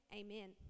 amen